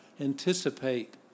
anticipate